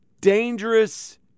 dangerous